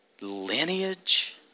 lineage